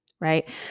right